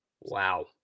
Wow